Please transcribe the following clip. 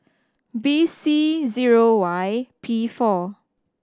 B C zero Y P four